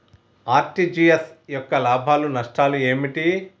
RTGS యొక్క లాభాలు నష్టాలు ఏమిటి?